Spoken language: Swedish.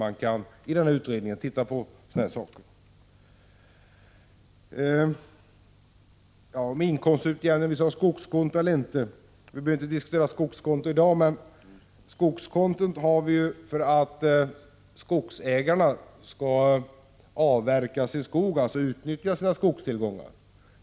Det kan jag förstå, och jag hoppas att utredningen ger resultat. Vi skall inte diskutera skogskontot i dag, men skogskontot har vi för att skogsägarna skall utnyttja sina skogstillgångar.